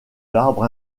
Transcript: l’arbre